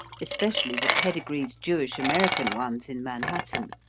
especially the pedigreed jewish-american ones in manhattan.